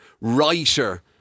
writer